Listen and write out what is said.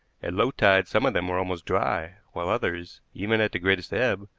at low tide some of them were almost dry, while others, even at the greatest ebb,